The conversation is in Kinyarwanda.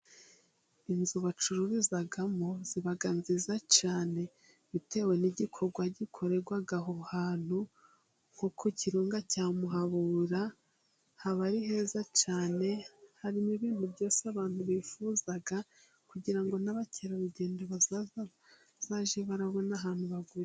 Inzu bacururizamo ziba nziza cyane bitewe n'igikorwa gikorerwa aho hantu, nko ku kirunga cya Muhabura haba ari heza cyane harimo ibintu byose abantu bifuza, kugira ngo n'abakerarugendo bazaza bazajye barabona ahantu haguye.